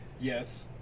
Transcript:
Yes